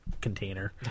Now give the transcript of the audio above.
container